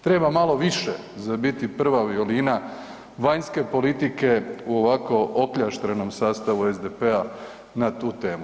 Treba malo više za biti prva violina vanjske politike u ovako okljaštrenom sastavu SDP-a na tu temu.